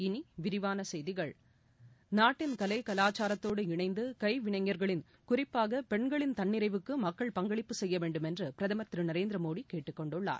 இனி விரிவான செய்திகள் கலை கலாச்சாரத்தோடு இணைந்து கைவினைஞர்களின் குறிப்பாக பெண்களின் நாட்டின் தன்னிறைவுக்கு மக்கள் பங்களிப்பு செய்ய வேண்டும் என்று பிரதம் திரு நரேந்திரமோடி கேட்டுக் கொண்டுள்ளார்